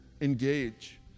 engage